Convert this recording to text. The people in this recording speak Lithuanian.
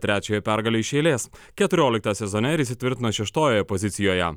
trečiąją pergalę iš eilės keturioliktą sezone ir įsitvirtino šeštojoje pozicijoje